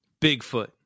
Bigfoot